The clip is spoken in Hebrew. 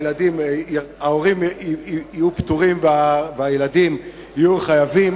ההורים יהיו פטורים והילדים יהיו חייבים?